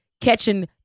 catching